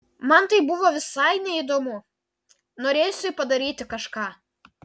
man tai buvo visai neįdomu norėjosi padaryti kažką